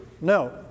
No